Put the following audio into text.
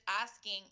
asking –